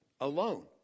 alone